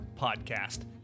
podcast